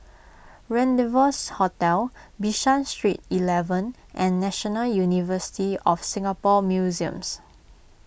Rendezvous Hotel Bishan Street eleven and National University of Singapore Museums